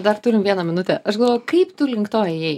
dar turim vieną minutę aš galvoju kaip tu link to ėjai